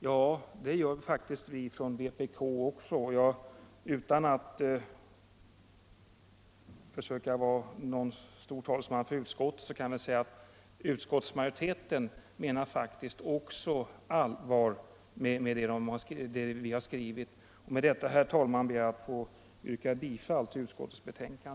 Ja, det gör faktiskt vi från vpk också. Och utan att försöka vara någon stor talesman för utskottet kan jag säga att vi i utskottsmajoriteten faktiskt också menar allvar med det vi skrivit. Med detta, herr talman, ber jag att få yrka bifall till utskottets hemställan.